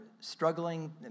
struggling